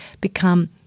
become